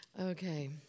Okay